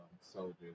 soldiers